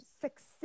success